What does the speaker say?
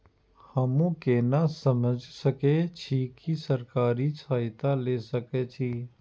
हमू केना समझ सके छी की सरकारी सहायता ले सके छी?